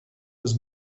his